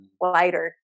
lighter